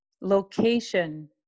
Location